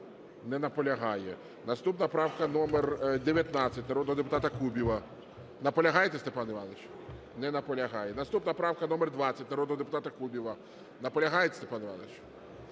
Не наполягає. Наступна правка - номер 19 народного депутата Кубіва. Наполягаєте, Степан Іванович? Не наполягає. Наступна правка - номер 20, народного депутата Кубіва. Наполягаєте, Степан Іванович?